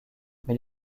mais